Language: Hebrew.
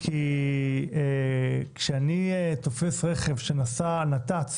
כי כשאני תופס רכב שנסע על נת"צ